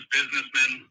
businessmen